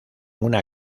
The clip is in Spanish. una